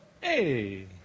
Hey